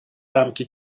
рамки